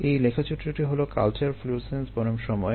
এই লেখচিত্রটি হলো কালচার ফ্লুরোসেন্স বনাম সময়ের